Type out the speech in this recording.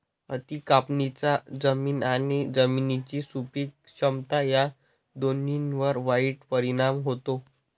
अति कापणीचा जमीन आणि जमिनीची सुपीक क्षमता या दोन्हींवर वाईट परिणाम होतो